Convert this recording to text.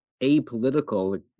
apolitical